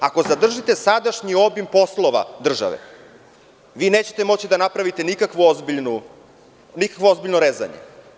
Ako zadržite sadašnji obim poslova države, vi nećete moći da napravite nikakvo ozbiljno rezanje.